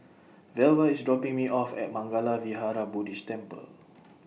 Velva IS dropping Me off At Mangala Vihara Buddhist Temple